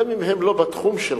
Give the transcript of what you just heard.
גם אם הם לא בתחום שלך.